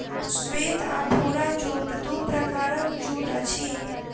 श्वेत आ भूरा जूट दू प्रकारक जूट अछि